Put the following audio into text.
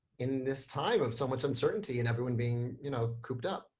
in this time of so much uncertainty and everyone being you know cooped up?